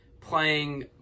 playing